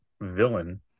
villain